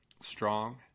strong